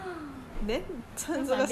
cause my bed too small